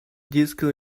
disco